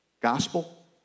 Gospel